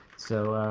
so,